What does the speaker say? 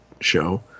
show